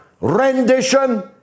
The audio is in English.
rendition